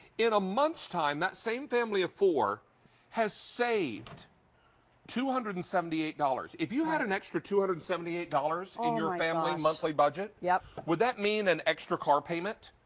in a month's time that same family of four has saved two hundred and seventy eight dollars. if you had an extra two hundred and seventy eight dollars in your family monthly budget, yeah would that mean an extra car payment?